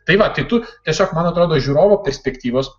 tai va tai tu tiesiog man atrodo iš žiūrovo perspektyvos